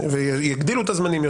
יגדילו את הזמנים,